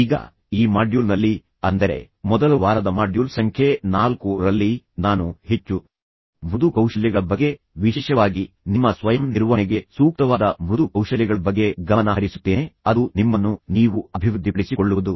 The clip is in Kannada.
ಈಗ ಈ ಮಾಡ್ಯೂಲ್ನಲ್ಲಿ ಅಂದರೆ ಮೊದಲ ವಾರದ ಮಾಡ್ಯೂಲ್ ಸಂಖ್ಯೆ 4ರಲ್ಲಿ ನಾನು ಹೆಚ್ಚು ಮೃದು ಕೌಶಲ್ಯಗಳ ಬಗ್ಗೆ ವಿಶೇಷವಾಗಿ ನಿಮ್ಮ ಸ್ವಯಂ ನಿರ್ವಹಣೆಗೆ ಸೂಕ್ತವಾದ ಮೃದು ಕೌಶಲ್ಯಗಳ ಬಗ್ಗೆ ಗಮನ ಹರಿಸುತ್ತೇನೆ ಅದು ನಿಮ್ಮನ್ನು ನೀವು ಅಭಿವೃದ್ಧಿಪಡಿಸಿಕೊಳ್ಳುವುದು